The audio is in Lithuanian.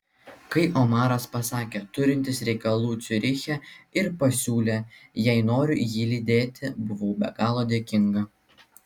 kai omaras pasakė turintis reikalų ciuriche ir pasiūlė jei noriu jį lydėti buvau be galo dėkinga